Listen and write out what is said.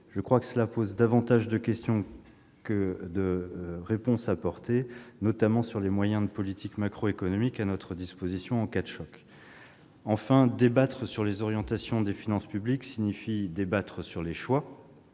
Je crois que cela pose davantage de questions que cela n'apporte de réponses, notamment sur les moyens de politique macroéconomique à notre disposition en cas de choc. Enfin, débattre sur l'orientation des finances publiques signifie débattre sur les choix.